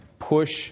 push